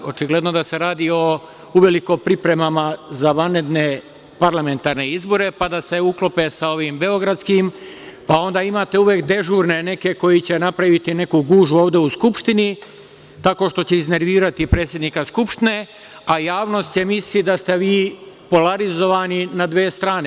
Očigledno da se radi o uveliko pripremama za vanredne parlamentarne izbore, pa da se uklope sa ovim beogradskim, pa onda imate uvek dežurne neke koji će napraviti neku gužvu ovde u Skupštini tako što će iznervirati predsednika Skupštine, a javnost će misliti da ste vi polarizovani na dve strane.